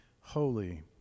holy